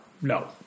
no